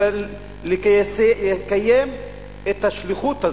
לקיים את השליחות הזאת,